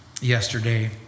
yesterday